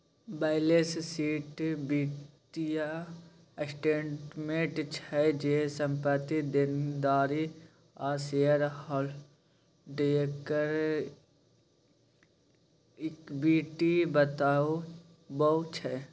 balance sheet बित्तीय statement छै जे, संपत्ति, देनदारी आ शेयर हॉल्डरक इक्विटी बताबै छै